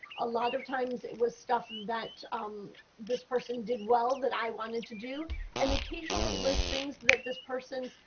a lot of times it was stuff that um this person did well that i wanted to do and occasionally it was things that this person,